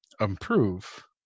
improve